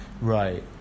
Right